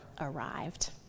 arrived